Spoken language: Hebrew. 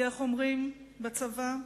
כי, איך אומרים בצבא?